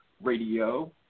Radio